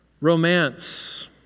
romance